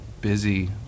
busy